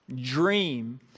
dream